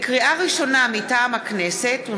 לקריאה ראשונה, מטעם הכנסת: